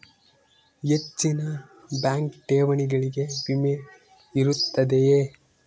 ಹೆಚ್ಚಿನ ಬ್ಯಾಂಕ್ ಠೇವಣಿಗಳಿಗೆ ವಿಮೆ ಇರುತ್ತದೆಯೆ?